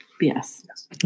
Yes